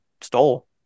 stole